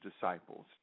disciples